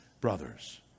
brothers